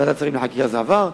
ועדת שרים לחקיקה זה עבר.